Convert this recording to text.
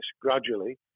gradually